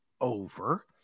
over